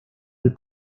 del